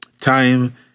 Time